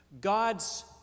God's